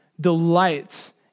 delights